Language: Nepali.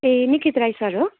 ए निकित राई सर हो